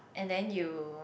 and then you